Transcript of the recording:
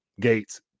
Gates